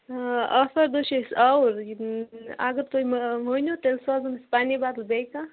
ہاں آتھوارِ دۄہ چھِ أسۍ آوٕرۍ اَگر تُہۍ مٲنِو تیٚلہِ سوٗزہوٗن أسۍ پنٕنہِ بدلہٕ بیٚیہِ کانٛہہ